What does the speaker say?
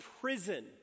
prison